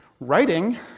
Writing